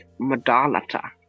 madalata